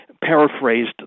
paraphrased